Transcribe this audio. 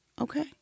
Okay